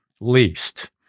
least